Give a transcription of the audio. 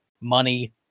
money